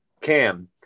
Cam